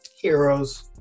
heroes